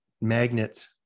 magnets